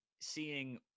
seeing